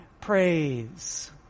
praise